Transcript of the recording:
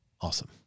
Awesome